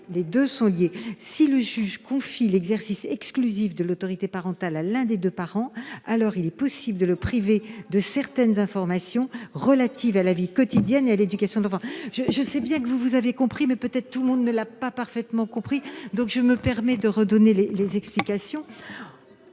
Les deux sont liés : si le juge confie l'exercice exclusif de l'autorité parentale à l'un des deux parents, alors, il est possible de le priver de certaines informations relatives à la vie quotidienne et à l'éducation de l'enfant. On a compris ! Je sais bien que vous avez compris, mais ce n'est peut-être pas le cas de tout le monde. Je me permets donc de redonner les explications